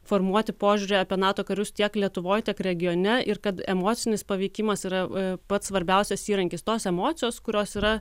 formuoti požiūrį apie nato karius tiek lietuvoj tiek regione ir kad emocinis paveikimas yra pats svarbiausias įrankis tos emocijos kurios yra